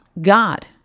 God